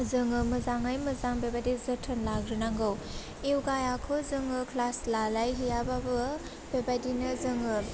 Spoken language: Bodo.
जोङो मोजाङै मोजां बेबायदि जोथोन लाग्रोनांगौ एवगायाखौ जोङो क्लास लालायहैयाबाबो बेबायदिनो जोङो